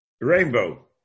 rainbow